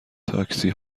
تاکسی